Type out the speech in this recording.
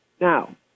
Now